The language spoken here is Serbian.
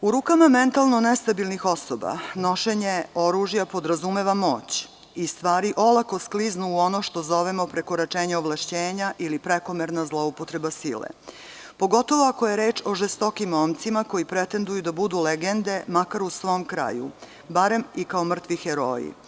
U rukama mentalno nestabilnih osoba nošenje oružja podrazumeva moć i stvari olako skliznu u ono što zovemo prekoračenje ovlašćenja, ili prekomerna zlouptreba sile, pogotovo ako je reč o žestokim momcima koji pretenduju da budu legende, makar u svom kraju, barem kao i mrtvi heroji.